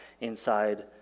inside